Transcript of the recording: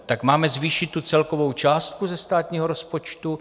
Tak máme zvýšit tu celkovou částku ze státního rozpočtu?